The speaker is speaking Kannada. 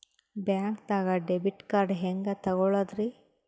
ಬ್ಯಾಂಕ್ದಾಗ ಡೆಬಿಟ್ ಕಾರ್ಡ್ ಹೆಂಗ್ ತಗೊಳದ್ರಿ?